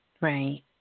Right